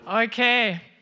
Okay